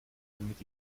damit